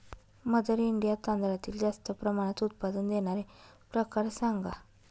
mother India तांदळातील जास्त प्रमाणात उत्पादन देणारे प्रकार सांगा